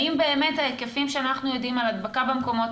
האם באמת ההיקפים שאנחנו יודעים על הדבקה במקומות